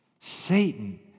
Satan